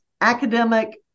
academic